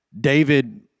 David